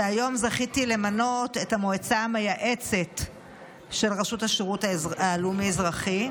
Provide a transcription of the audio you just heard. שהיום זכיתי למנות את המועצה המייעצת של רשות השירות הלאומי- אזרחי,